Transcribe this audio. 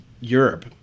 Europe